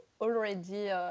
already